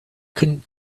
couldn’t